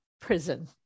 prison